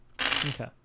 Okay